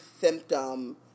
symptom